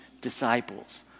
disciples